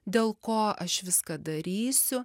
dėl ko aš viską darysiu